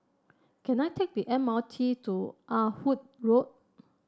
can I take the M R T to Ah Hood Road